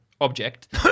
object